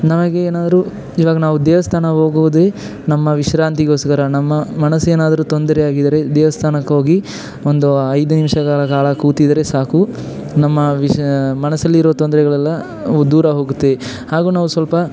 ನಮಗೇನಾದರೂ ಈವಾಗ ನಾವು ದೇವಸ್ಥಾನ ಹೋಗುವುದೇ ನಮ್ಮ ವಿಶ್ರಾಂತಿಗೋಸ್ಕರ ನಮ್ಮ ಮನಸ್ಸೇನಾದ್ರೂ ತೊಂದರೆಯಾಗಿದ್ರೆ ದೇವಸ್ಥಾನಕ್ಕೆ ಹೋಗಿ ಒಂದು ಐದು ನಿಮಿಷಗಳ ಕಾಲ ಕೂತಿದ್ದರೆ ಸಾಕು ನಮ್ಮ ವಿಷ ಮನಸಲ್ಲಿರೋ ತೊಂದರೆಗಳೆಲ್ಲ ಅವು ದೂರ ಹೋಗುತ್ತೆ ಹಾಗೂ ನಾವು ಸ್ವಲ್ಪ